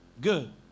good